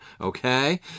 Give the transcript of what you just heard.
okay